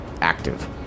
active